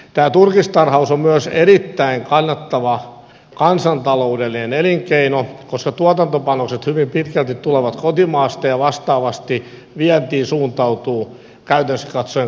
tämä turkistarhaus on myös erittäin kannattava kansantaloudellinen elinkeino koska tuotantopanokset hyvin pitkälti tulevat kotimaasta ja vastaavasti vientiin suuntautuu käytännöllisesti katsoen kaikki tuotanto